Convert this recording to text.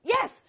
Yes